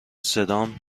صدام